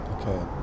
Okay